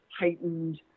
heightened